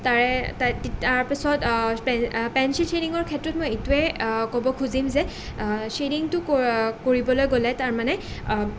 তাৰে তাৰ পিছত পেন পেঞ্চিল ছেডিঙৰ ক্ষেত্ৰত মই এইটোৱে ক'ব খুজিম যে ছেডিঙটো কৰি কৰিবলৈ গ'লে তাৰমানে